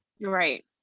right